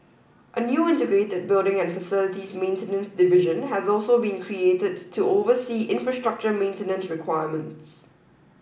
a new integrated building and facilities maintenance division has also been created to oversee infrastructure maintenance requirements